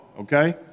Okay